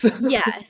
Yes